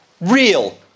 real